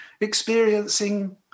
experiencing